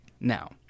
Now